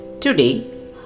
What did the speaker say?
Today